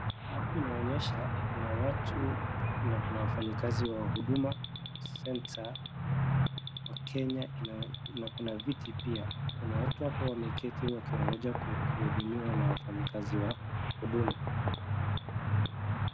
Hapo inaonyesha kuna watu na kuna wafanyikazi wa huduma center wa Kenya na kuna viti pia. Kuna watu hapo wameketi wakiongoja kuhudumiwa na wafanyikazi wa huduma.